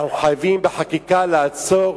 אנחנו חייבים בחקיקה לעצור,